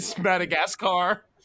Madagascar